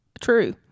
True